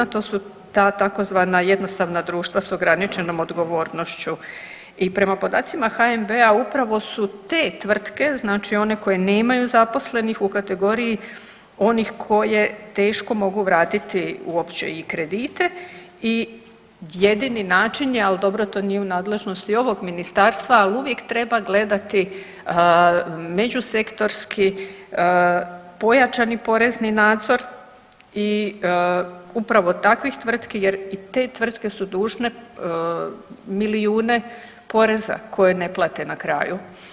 To su ta tzv. jednostavna društva s ograničenom odgovornošću i prema podacima HNB-a upravo su te tvrtke znači one koje nemaju zaposlenih u kategoriji onih koje teško mogu vratiti uopće i kredite i jedini način je, al dobro to nije u nadležnosti ovog ministarstva, al uvijek treba gledati međusektorski pojačani porezni nadzor i upravo takvih tvrtki jer i te tvrtke su dužne milijune poreza koje ne plate na kraju.